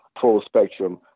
full-spectrum